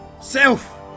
Self